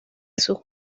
sus